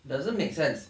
doesn't make sense